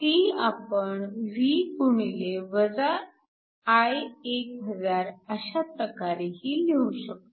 ती आपण V x -I1000 अशा प्रकारेही लिहू शकतो